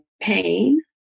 pain